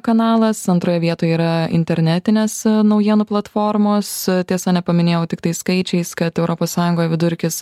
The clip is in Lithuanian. kanalas antroje vietoje yra internetinės naujienų platformos tiesa nepaminėjau tiktai skaičiais kad europos sąjungoj vidurkis